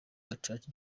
gacaca